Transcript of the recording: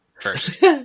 First